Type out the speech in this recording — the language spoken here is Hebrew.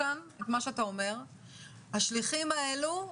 השליחים האלו,